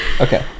okay